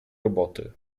roboty